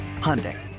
Hyundai